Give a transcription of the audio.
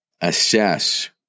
assess